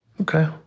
Okay